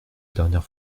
dernière